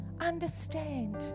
Understand